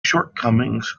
shortcomings